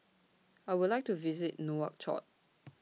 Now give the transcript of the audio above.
I Would like to visit Nouakchott